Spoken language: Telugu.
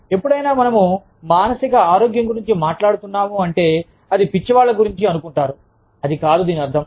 ఎప్పుడైనా మనము మానసిక ఆరోగ్యం గురించి మాట్లాడుతున్నావు అంటే అది పిచ్చి వాళ్ల గురించి అనుకుంటారు అది కాదు దీని అర్థం